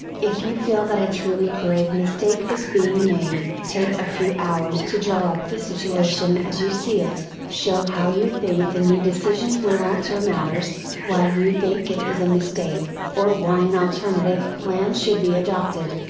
if you feel that a truly grave mistake is being made, take a few hours to draw up the situation as you see it, show how you think the new decision will alter matters, why you think it is a mistake, or why an alternative plan should be adopted.